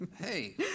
Hey